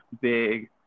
big